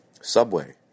Subway